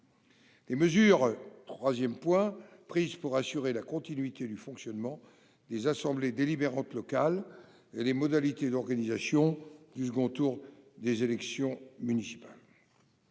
des ministres ; les mesures prises pour assurer la continuité du fonctionnement des assemblées délibérantes locales et les modalités d'organisation du second tour des élections municipales.